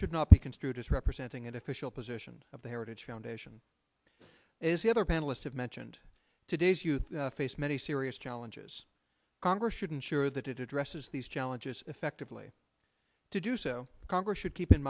should not be construed as representing an official position of the heritage foundation is the other panelists have mentioned today's youth face many serious challenges congress should ensure that it addresses these challenges effectively to do so congress should keep in